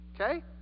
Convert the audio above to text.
Okay